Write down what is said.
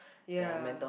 ya